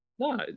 No